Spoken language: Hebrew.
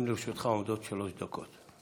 גם לרשותך עומדות שלוש דקות.